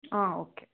okay